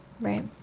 right